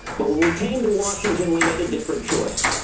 but when we came to washington, we made a different choice.